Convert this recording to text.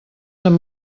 amb